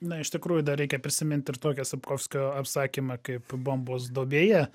na iš tikrųjų dar reikia prisimint ir tokią sapkovskio apsakymą kaip bombos duobėje